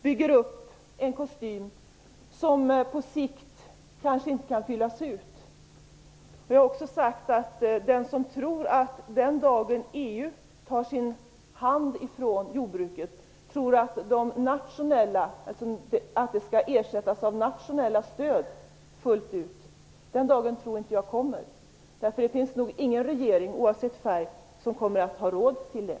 Man skapar en kostym som på sikt kanske inte kan fyllas ut. Jag har också sagt att jag inte tror att den dagen kommer då EU tar sin hand ifrån jordbruket och jordbruket ersätts genom nationella stöd fullt ut. Det finns nog ingen regeringen, oavsett färg, som kommer att ha råd med det.